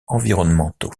environnementaux